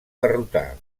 derrotar